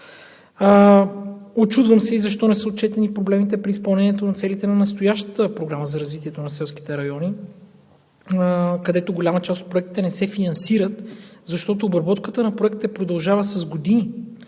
Учудвам се защо не са отчетени проблемите при изпълнението на целите на настоящата Програма за развитието на селските райони, където голяма част от проектите не се финансират, защото обработката на Проекта продължава с години.